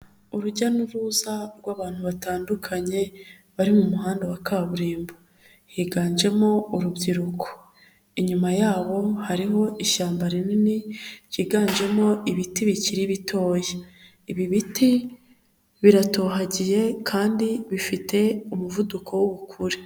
Urujya n'uruza rw'abantu batandukanye bari mu muhanda wa kaburimbo, higanjemo urubyiruko, inyuma yabo hariho ishyamba rinini ryiganjemo ibiti bikiri bitoya, ibi biti biratohagiye kandi bifite umuvuduko w'ubukure.